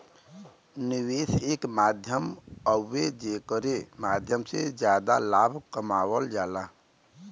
निवेश एक माध्यम हउवे जेकरे माध्यम से जादा लाभ कमावल जाला